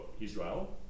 Israel